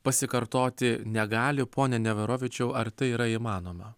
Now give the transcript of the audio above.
pasikartoti negali pone neverovičiau ar tai yra įmanoma